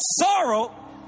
sorrow